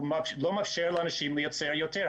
היא לא מאפשרת לאנשים לייצר יותר.